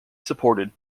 supported